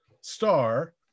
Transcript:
star